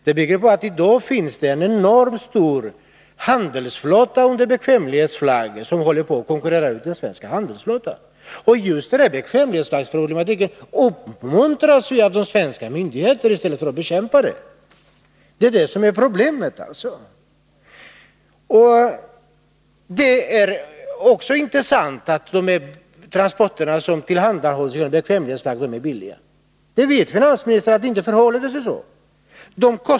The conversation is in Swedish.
De beror på att det i dag finns en enormt stor handelsflotta under bekvämlighetsflagg som håller på att konkurrera ut den svenska handelsflottan. Och just denna 81 bekvämlighetsflaggning uppmuntras av de svenska myndigheterna i stället för att bekämpas av dem! Det är problemet. Det är inte heller sant att de transporter som tillhandahålls under bekvämlighetsflagg är billiga. Finansministern vet att det inte förhåller sig så.